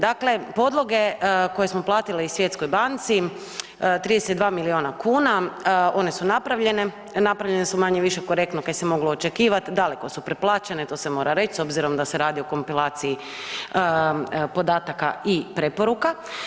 Dakle, podloge koje smo platili Svjetskoj banci 32 milijuna kuna one su napravljene, napravljene su manje-više korektno kaj se moglo očekivati, daleko da su preplaćene to se mora reći s obzirom da se radi o kompilaciji podataka i preporuka.